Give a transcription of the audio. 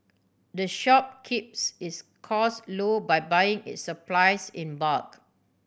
the shop keeps its costs low by buying its supplies in bulk